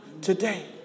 today